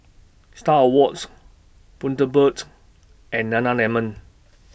STAR Awards Bundaberg and Nana Lemon